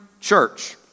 church